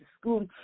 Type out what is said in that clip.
school